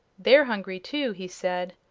they're hungry, too, he said.